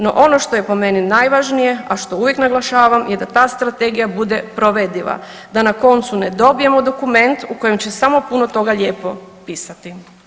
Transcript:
No, ono što je po meni najvažnije, a što uvijek naglašavam je da ta strategija bude provediva da na koncu ne dobijemo dokument u kojem će samo puno toga lijepo pisati.